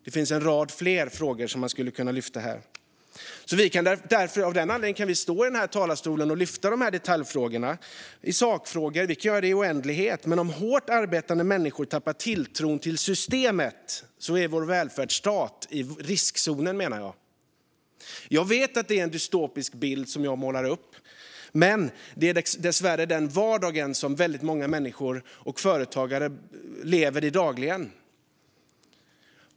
Det finns en rad fler frågor som kan lyftas fram här. Av den anledningen kan vi stå här i talarstolen och lyfta upp dessa detaljer i sakfrågor. Vi kan göra det i oändlighet. Men om hårt arbetande människor tappar tilltron till systemet är vår välfärdsstat i riskzonen, menar jag. Jag vet att jag målar upp en dystopisk bild, men det är dessvärre den vardag som många människor och företagare lever i dagligen.